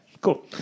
Cool